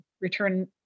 return